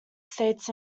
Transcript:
states